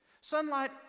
Sunlight